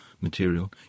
material